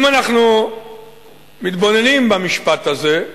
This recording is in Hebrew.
אם אנחנו מתבוננים במשפט הזה,